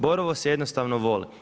Borovo se jednostavno voli.